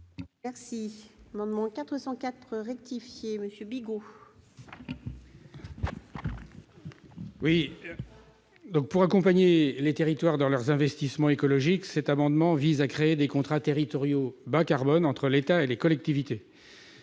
l'amendement n° I-404 rectifié. Pour accompagner les territoires dans leurs investissements écologiques, cet amendement vise à créer des contrats territoriaux bas carboneentre l'État et les collectivités.